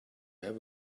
have